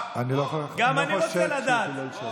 גם אני רוצה לדעת.